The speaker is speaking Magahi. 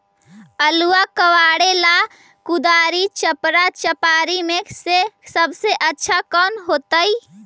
आलुआ कबारेला कुदारी, चपरा, चपारी में से सबसे अच्छा कौन होतई?